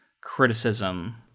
criticism